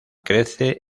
crece